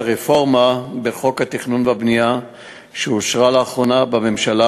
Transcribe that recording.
הרפורמה בחוק התכנון והבנייה שאושרה לאחרונה בממשלה,